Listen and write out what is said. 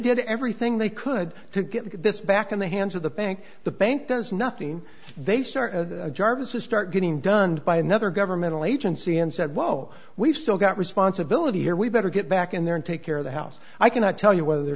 did everything they could to get this back in the hands of the bank the bank does nothing they start jarvis's start getting done by another governmental agency and said whoa we've still got responsibility here we better get back in there and take care of the house i cannot tell you whether they're